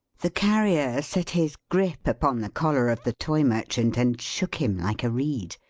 the carrier set his grip upon the collar of the toy merchant, and shook him like a reed.